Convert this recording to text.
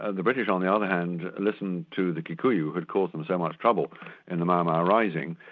and the british on the other hand, listened to the kikuyu who had caused them so much trouble in the mau mau rising,